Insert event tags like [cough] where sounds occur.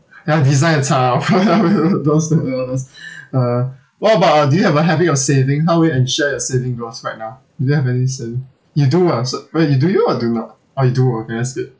ya design a type of [laughs] you know those thing you know those [breath] uh what about uh do you have a habit of saving how do you ensure your saving grows right now do you have any saving you do ah so wait do you or do not oh you do okay that's good